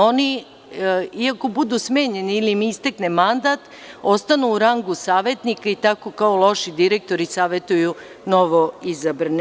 Oni, iako budu smanjeni ili im istekne mandat, ostanu u rangu savetnika i tako kao loši direktori savetuju novoizabrane.